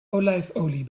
olijfolie